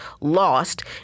lost